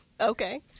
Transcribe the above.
Okay